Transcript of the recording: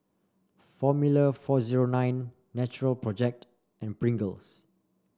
Formula four zero nine Natural Project and Pringles